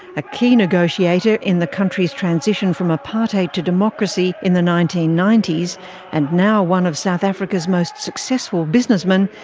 a key negotiator in the country's transition from apartheid to democracy in the nineteen ninety s and now one of south africa's most successful businessmen,